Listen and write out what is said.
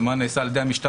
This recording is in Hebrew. ומה נעשה על ידי המשטרה,